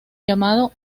llamado